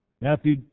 Matthew